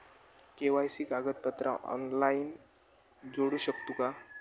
KYC कागदपत्रा online जोडू शकतू का?